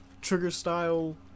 trigger-style